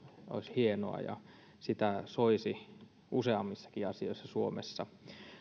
hienoa ja sitä soisi olevan useammissakin asioissa suomessa